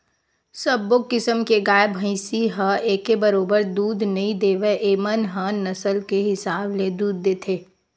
सब्बो किसम के गाय, भइसी ह एके बरोबर दूद नइ देवय एमन ह नसल के हिसाब ले दूद देथे